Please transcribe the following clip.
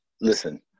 Listen